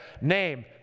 Name